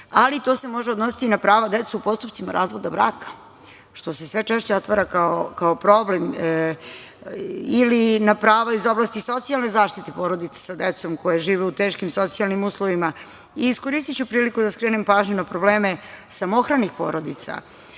ali to se može odnositi i na prava dece u postupcima razvoda braka, što se sve češće otvara kao problem, ili na prava iz oblasti socijalne zaštite porodice sa decom koja žive u teškim socijalnim uslovima. Iskoristiću priliku da skrenem pažnju i na probleme samohranih porodica,